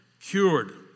cured